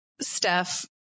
Steph